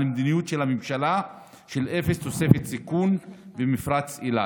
מדיניות של הממשלה של אפס תוספת סיכון במפרץ אילת.